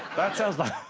that sounds like